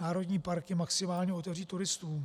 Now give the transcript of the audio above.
národní parky maximálně otevřít turistům.